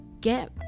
get